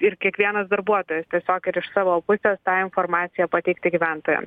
ir kiekvienas darbuotojas tiesiog ir iš savo pusės tą informaciją pateikti gyventojam